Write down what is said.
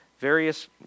various